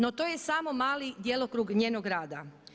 No, to je samo mali djelokrug njenog rada.